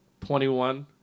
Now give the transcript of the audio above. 21